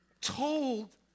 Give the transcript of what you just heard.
told